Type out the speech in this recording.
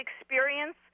experience